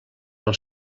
del